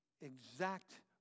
exact